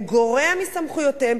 הוא גורע מסמכויותיהם,